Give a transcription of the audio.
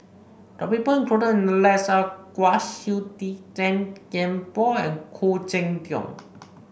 the people included in the list are Kwa Siew Tee Tan Kian Por and Khoo Cheng Tiong